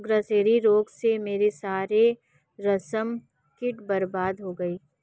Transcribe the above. grasserie रोग से मेरे सारे रेशम कीट बर्बाद हो गए